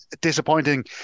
Disappointing